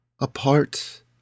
apart